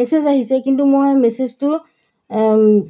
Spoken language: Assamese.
মেছেজ আহিছে কিন্তু মই মেছেজটো